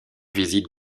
visites